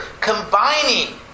combining